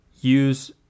use